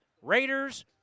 Raiders